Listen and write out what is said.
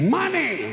money